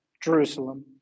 Jerusalem